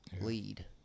lead